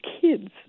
kids